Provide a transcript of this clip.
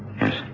Yes